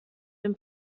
den